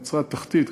נצרת תחתית,